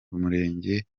murenge